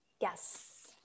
Yes